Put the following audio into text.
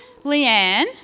Leanne